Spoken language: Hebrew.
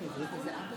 בעד יואל רזבוזוב,